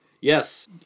Yes